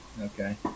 Okay